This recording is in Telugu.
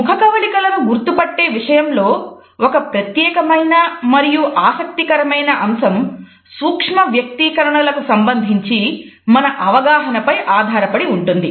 ముఖకవళికలను గుర్తుపట్టే విషయంలో ఒక ప్రత్యేకమైన మరియు ఆసక్తికరమైన అంశం సూక్ష్మ వ్యక్తీకరణల కు సంబంధించి మన అవగాహనపై ఆధారపడి ఉంటుంది